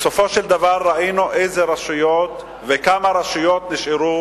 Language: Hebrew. בסופו של דבר ראינו איזה רשויות וכמה רשויות נשארו